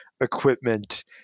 equipment